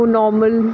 normal